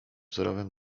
wzorowym